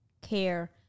care